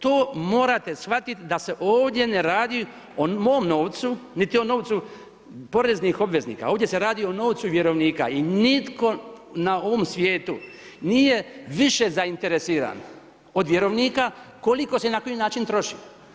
To morate shvatiti da se ovdje ne radi o mom novcu, niti o novcu poreznih obveznika, ovdje se radi o novcu vjerovnika i nitko na ovom svijetu nije više zainteresiran od vjerovnika koliko se i na koji način troši.